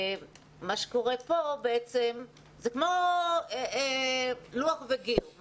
זה כמו לוח וגיר,